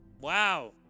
Wow